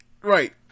Right